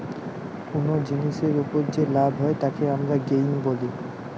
কুনো জিনিসের উপর যে লাভ হয় তাকে আমরা গেইন বলি